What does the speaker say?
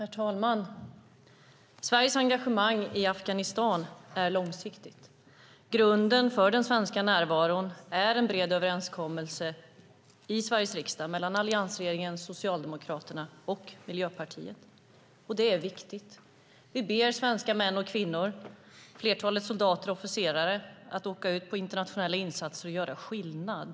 Herr talman! Sveriges engagemang i Afghanistan är långsiktigt. Grunden för den svenska närvaron är en bred överenskommelse i Sveriges riksdag mellan alliansregeringen, Socialdemokraterna och Miljöpartiet. Det är viktigt. Vi ber svenska män och kvinnor, flertalet soldater och officerare, att åka ut på internationella insatser och göra skillnad.